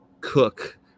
cook